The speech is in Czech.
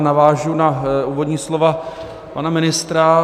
Navážu na úvodní slova pana ministra.